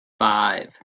five